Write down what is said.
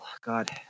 God